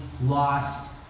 lost